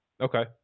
Okay